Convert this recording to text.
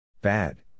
Bad